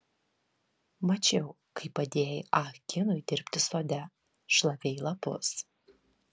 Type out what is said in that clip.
mačiau kaip padėjai ah kinui dirbti sode šlavei lapus